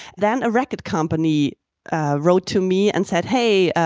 then, a record company wrote to me and said, hey,